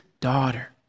daughter